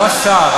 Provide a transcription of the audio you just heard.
לא השר.